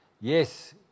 Yes